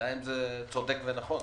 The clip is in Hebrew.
השאלה אם זה צודק ונכון.